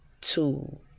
two